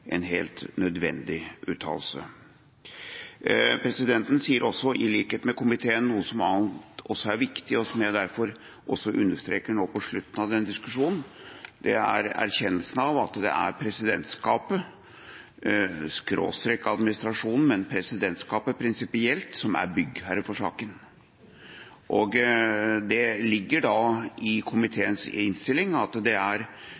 en helt nødvendig uttalelse. Presidenten sier, i likhet med komiteen, noe annet som også er viktig, og som jeg derfor vil understreke nå på slutten av denne diskusjonen, nemlig erkjennelsen av at det er presidentskapet/stortingsadministrasjonen – men presidentskapet prinsipielt – som er byggherre i denne saken. Og det står i komiteens innstilling at det er